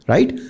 Right